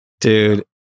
dude